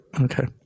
Okay